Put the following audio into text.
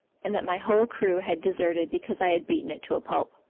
and that my whole crew had deserted because i had beaten it to a pulp.